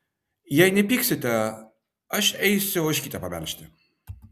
jei nepyksite aš eisiu ožkytę pamelžti